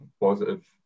positive